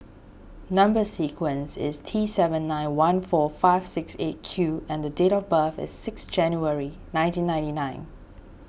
Number Sequence is T seven nine one four five six eight Q and date of birth is six January nineteen ninety nine